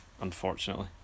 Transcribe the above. unfortunately